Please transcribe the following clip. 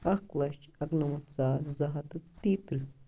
اَکھ لَچھ اَکہٕ نَمَتھ ساس زٕ ہَتھ تہٕ تیٚتٕرہ